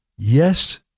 Yes